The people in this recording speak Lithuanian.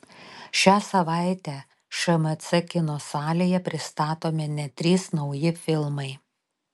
šią savaitę šmc kino salėje pristatomi net trys nauji filmai